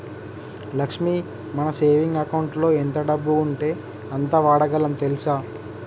లక్ష్మి మన సేవింగ్ అకౌంటులో ఎంత డబ్బు ఉంటే అంత వాడగలం తెల్సా